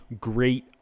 great